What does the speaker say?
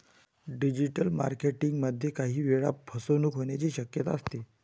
digital marketing मध्ये काही वेळा फसवणूक होण्याची शक्यता असते